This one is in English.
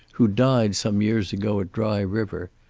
who died some years ago at dry river.